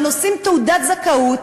והם נושאים תעודת זכאות